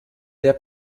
der